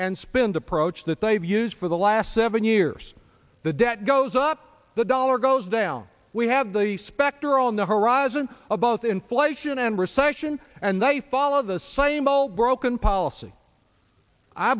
and spend approach that they've used for the last seven years the debt goes up the dollar goes down we have the specter on the horizon of both inflation and recession and they follow the same old broken policy i